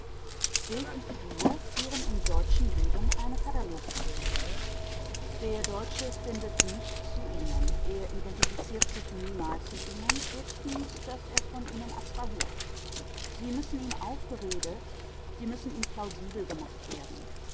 bild und figur führen im deutschen leben eine katalogexistenz der deutsche findet nicht zu ihnen er identifiziert sich niemals mit ihnen höchstens daß er von ihnen abstrahiert sie müssen ihm aufgeredet sie müssen ihm plausibel gemacht werden